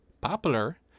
popular